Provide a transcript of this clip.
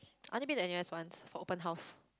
I only been to N_U_S once for open house